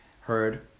heard